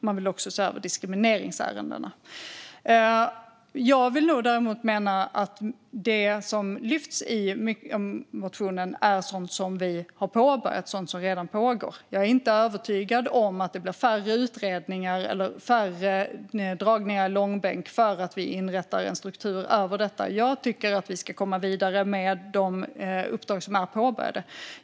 Man vill också se över diskrimineringsärendena. Men det som föreslås i motionen är sådant som redan pågår. Jag är inte övertygad om att det blir färre utredningar eller färre dragningar i långbänk för att vi inrättar en struktur för detta. Jag tycker att vi ska komma vidare med de uppdrag som är påbörjade.